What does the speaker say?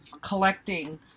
collecting